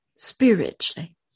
Spiritually